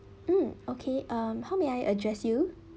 um okay um how may I address you